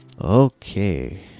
Okay